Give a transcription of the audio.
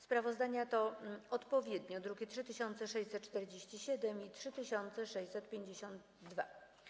Sprawozdania to odpowiednio druki nr 3647 i 3652.